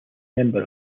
member